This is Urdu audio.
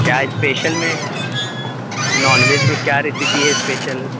کیا اسپیشل میں نان ویج میں کیا ریسیپی ہے اسپیشل